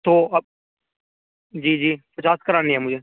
تو اب جی جی پچاس کرانی ہے مجھے